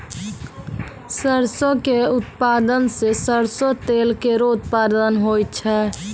सरसों क उत्पादन सें सरसों तेल केरो उत्पादन होय छै